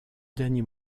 derniers